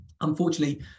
unfortunately